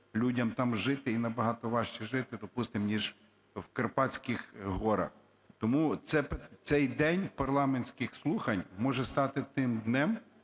людям там жити, і набагато важче жити, допустимо, ніж в Карпатських горах. Тому цей день парламентських слухань може стати тим днем,